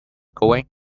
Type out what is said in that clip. going